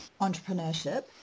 entrepreneurship